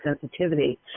sensitivity